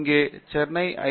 இங்கே சென்னை ஐ